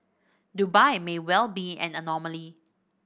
Dubai may well be an anomaly